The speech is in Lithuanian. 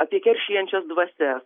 apie keršijančias dvasias